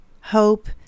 hope